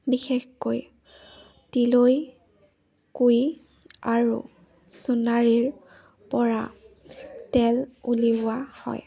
বিশেষকৈ তিলৈ কুঁই আৰু সোণাৰীৰপৰা তেল উলিওৱা হয়